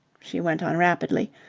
she went on rapidly.